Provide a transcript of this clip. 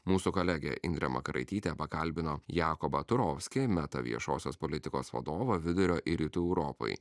mūsų kolegė indrė makaraitytė pakalbino jakobą turovskį viešosios politikos vadovą vidurio ir rytų europai